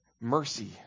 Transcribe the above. mercy